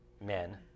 men